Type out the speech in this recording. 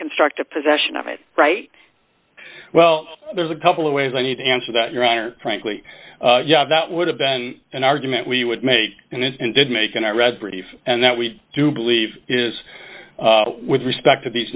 it right well there's a couple of ways i need to answer that your honor frankly that would have been an argument we would made and it did make and i read briefs and that we do believe is with respect to these